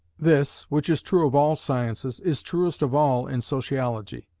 this, which is true of all sciences, is truest of all in sociology.